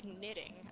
knitting